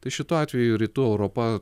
tai šituo atveju rytų europa